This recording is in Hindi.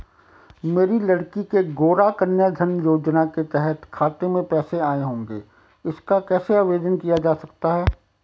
मेरी लड़की के गौंरा कन्याधन योजना के तहत खाते में पैसे आए होंगे इसका कैसे आवेदन किया जा सकता है?